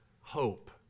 hope